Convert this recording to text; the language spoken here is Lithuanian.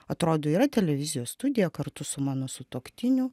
atrodo yra televizijos studija kartu su mano sutuoktiniu